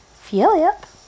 Philip